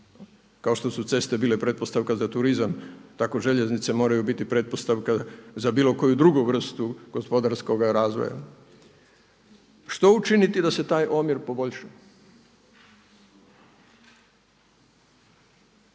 kao što su ceste bile pretpostavka za turizam tako željeznice moraju biti pretpostavka za bilo koju drugu vrstu gospodarskoga razvoja. Što učiniti da se taj omjer poboljša?